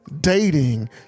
dating